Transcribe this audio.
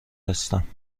هستم